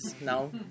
now